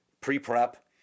pre-prep